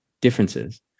differences